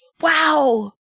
Wow